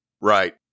Right